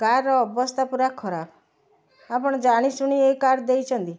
କାର୍ର ଅବସ୍ଥା ପୁରା ଖରାପ ଆପଣ ଜାଣିଶୁଣି ଏ କାର୍ ଦେଇଛନ୍ତି